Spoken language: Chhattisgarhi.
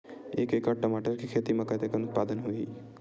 एक एकड़ टमाटर के खेती म कतेकन उत्पादन होही?